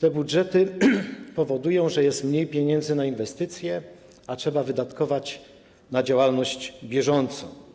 te budżety powodują, że jest mniej pieniędzy na inwestycje, a trzeba wydatkować środki na działalność bieżącą.